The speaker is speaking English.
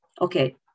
okay